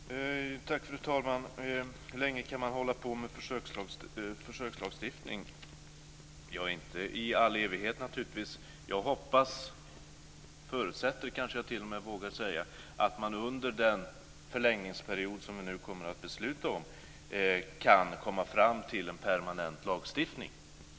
Fru talman! Frågan var hur länge man kan hålla på med försökslagstiftning. Ja, inte i all evighet, naturligtvis. Jag förutsätter att man under den förlängningsperiod som vi nu kommer att besluta om kan komma fram till en permanent lagstiftning.